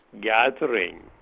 gathering